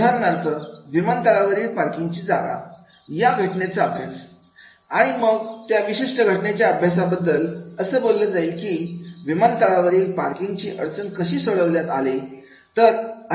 उदाहरणार्थ विमानतळावरील पार्किंगची जागा या घटनेचा अभ्यास आणि मग त्या विशिष्ट घटनेच्या अभ्यासाबद्दल असं बोललं जाईल की विमानतळावरील पार्किंगची अडचण कशी सोडण्यात आले